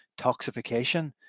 toxification